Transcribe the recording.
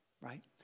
right